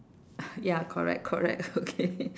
ya correct correct okay